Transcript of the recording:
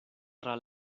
tra